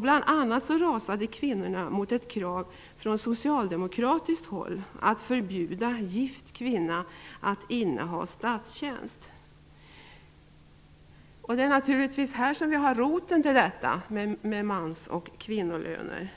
Bl.a. rasade kvinnorna mot ett krav från socialdemokratiskt håll om att man skulle förbjuda gift kvinna att inneha statstjänst. Här finns naturligtvis roten till synen på mans och kvinnolöner.